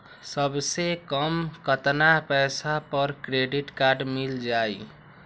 सबसे कम कतना पैसा पर क्रेडिट काड मिल जाई?